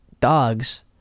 Dogs